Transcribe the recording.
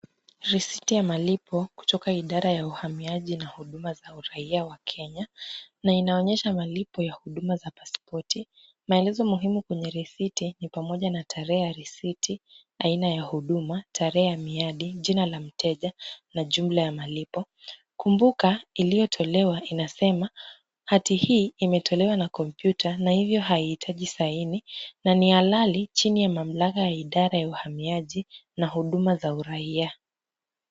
Risiti ya malipo, kutoka idara ya uhamiaji na huduma za uraia wa Kenya na inaonyesha malipo ya huduma za pasipoti, maelezo muhimu kwenye risiti ni pamoja na tarehe ya risiti, aina ya huduma, tarehe ya miadi, jina la mteja na jumla ya malipo. Kumbuka, iliyotolewa inasema, hati hii imetolewa na computer , na hivyo haihitaji saini na ni halali chini ya mamlaka ya idara ya uhamiaji na huduma za uraia.